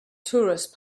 tourists